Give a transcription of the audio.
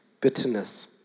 bitterness